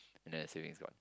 and then your savings is gone